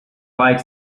like